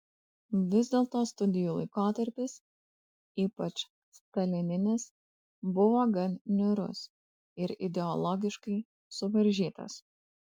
vis dėlto studijų laikotarpis ypač stalininis buvo gan niūrus ir ideologiškai suvaržytas